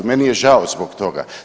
Meni je žao zbog toga.